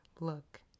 Look